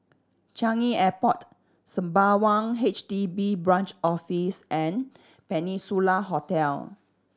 Changi Airport Sembawang H D B Branch Office and Peninsula Hotel